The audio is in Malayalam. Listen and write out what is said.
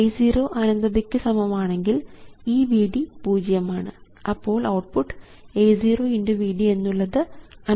A0 അനന്തതയ്ക്ക് സമമാണെങ്കിൽ ഈ Vd പൂജ്യമാണ് അപ്പോൾ ഔട്ട്പുട്ട് A0×V d എന്നുള്ളത് ∞×0 ആണ്